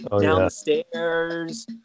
downstairs